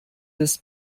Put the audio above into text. des